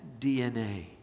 DNA